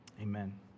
Amen